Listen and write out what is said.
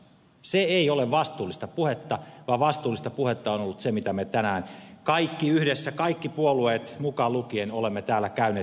se ei ole vastuullista puhetta vaan vastuullista puhetta on ollut se mitä me tänään kaikki yhdessä kaikki puolueet mukaan lukien olemme täällä käyneet